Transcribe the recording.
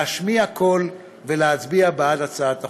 להשמיע קול, ולהצביע בעד הצעת החוק.